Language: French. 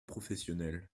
professionnels